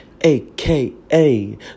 aka